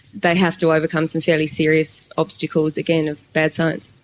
they have to overcome some fairly serious obstacles again of bad science.